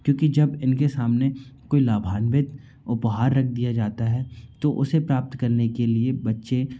क्योंकि जब इनके सामने कोई लाभान्वित उपहार रख दिया जाता है तो उसे प्राप्त करने के लिए बच्चे